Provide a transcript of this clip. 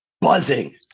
buzzing